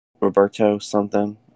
Roberto-something